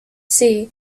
see